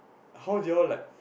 how do you all like